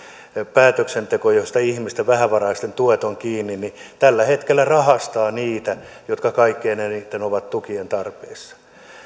päätöksenteko josta vähävaraisten ihmisten tuet ovat kiinni tällä hetkellä rahastaa niitä jotka kaikkein eniten ovat tukien tarpeessa